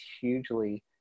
hugely